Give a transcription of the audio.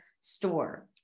store